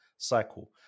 cycle